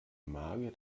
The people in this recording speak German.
magier